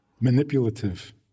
Manipulative